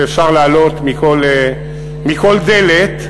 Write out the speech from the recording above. שאפשר לעלות מכל דלת,